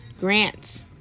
Grants